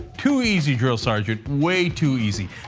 too easy, drill sergeant. way too easy.